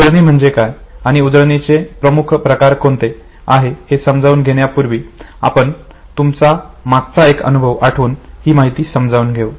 उजळणी म्हणजे काय आणि उजळणीचे दोन प्रमुख प्रकार कोणते आहे हे समजून घेण्यापूर्वी आपण तुमचा मागचा एक अनुभव आठवून हि माहिती समजून घेऊ